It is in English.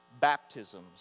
baptisms